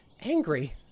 angry